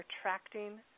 attracting